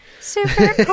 super